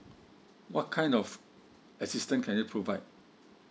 what kind of assistant can you provide